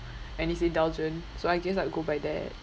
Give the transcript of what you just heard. and it's indulgent so I guess I'll go by that